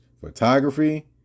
photography